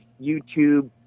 YouTube